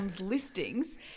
listings